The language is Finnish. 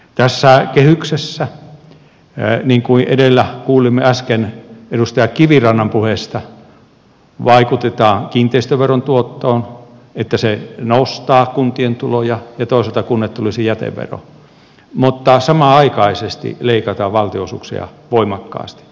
tässä kehyksessä niin kuin edellä kuulimme äsken edustaja kivirannan puheesta vaikutetaan kiinteistöveron tuottoon niin että se nostaa kuntien tuloja ja toisaalta kunnille tulisi jätevero mutta samanaikaisesti leikataan valtionosuuksia voimakkaasti